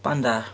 پَنٛداہ